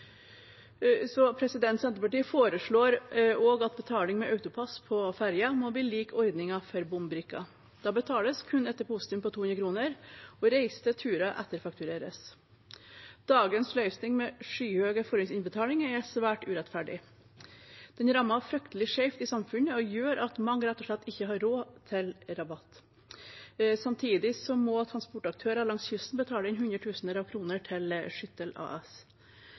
Senterpartiet foreslår også at betaling med AutoPASS på ferjene må bli lik ordningen for bombrikker. Da betales kun et depositum på 200 kr, og reiste turer etterfaktureres. Dagens løsning med skyhøye forhåndsinnbetalinger er svært urettferdig. Den rammer fryktelig skjevt i samfunnet og gjør at mange rett og slett ikke har råd til rabatt. Samtidig må transportaktører langs kysten betale hundretusener av kroner til Skyttel AS.